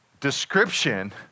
description